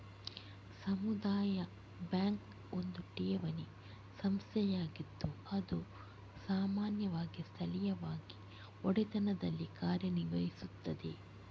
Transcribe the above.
ಸಮುದಾಯ ಬ್ಯಾಂಕ್ ಒಂದು ಠೇವಣಿ ಸಂಸ್ಥೆಯಾಗಿದ್ದು ಅದು ಸಾಮಾನ್ಯವಾಗಿ ಸ್ಥಳೀಯವಾಗಿ ಒಡೆತನದಲ್ಲಿ ಕಾರ್ಯ ನಿರ್ವಹಿಸುತ್ತದೆ